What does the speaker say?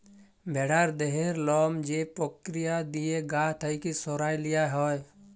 ভেড়ার দেহের লম যে পক্রিয়া দিঁয়ে গা থ্যাইকে সরাঁয় লিয়া হ্যয়